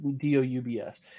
D-O-U-B-S